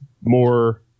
more